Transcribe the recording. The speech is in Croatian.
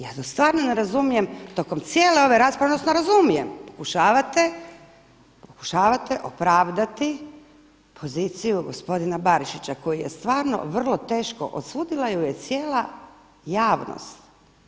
Ja to stvarno ne razumijem, tijekom cijele ove rasprave odnosno razumijem, pokušavate opravdati poziciju gospodina Barišića koja je stvarno vrlo teško, osudila ju je cijela javnost.